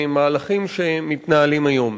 מהמהלכים שמתנהלים היום.